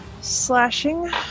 slashing